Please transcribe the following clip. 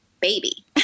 baby